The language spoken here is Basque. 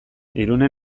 irunen